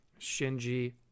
Shinji